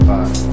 Five